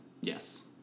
yes